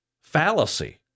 fallacy